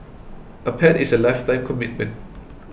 a pet is a lifetime commitment